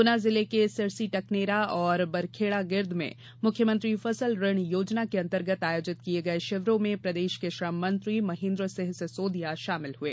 गुना जिले के सिरसी टकनेरा और बरखेड़ा गिर्द में मुख्यमंत्री फसल ऋण योजना के अंतर्गत आयोजित किये गये शिविरों में प्रदेश के श्रममंत्री महेन्द्र सिंह सिसोदिया शामिल हुए